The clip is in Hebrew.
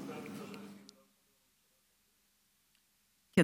מרדכי יוגב (איחוד מפלגות הימין): למה את,